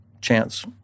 chance